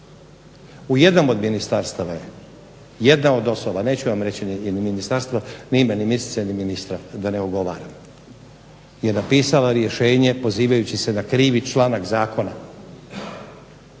U jednom od ministarstava je jedna od osoba, neću vam reći ni ministarstvo ni ime ni … ni ministra da ne ogovaram, je napisala rješenje pozivajući se na krivi članak zakona.